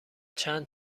چند